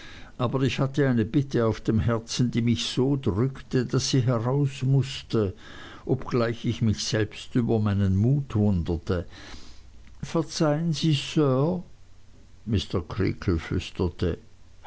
aber ich hatte eine bitte auf dem herzen die mich so drückte daß sie heraus mußte obgleich ich mich selbst über meinen mut wunderte verzeihen sie sir